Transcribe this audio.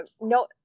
no